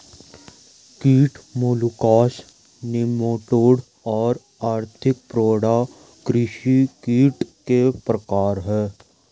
कीट molluscs nematode और arthropoda कृषि कीट के प्रकार हैं